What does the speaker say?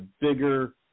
bigger